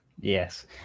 Yes